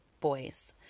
boys